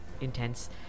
intense